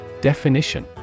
Definition